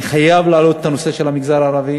אני חייב להעלות את הנושא של המגזר הערבי,